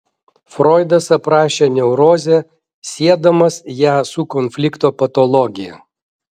froidas aprašė neurozę siedamas ją su konflikto patologija